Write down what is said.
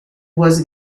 was